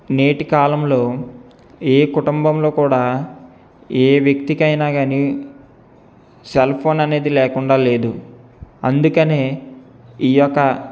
నేటి కాలంలో ఏ కుటుంబంలో కూడా ఏ వ్యక్తికైనా కాని సెల్ఫోన్ అనేది లేకుండా లేదు అందుకనే ఈ యొక్క